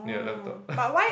yeah laptop